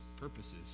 purposes